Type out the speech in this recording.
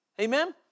Amen